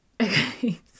Okay